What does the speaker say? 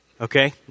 okay